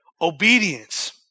Obedience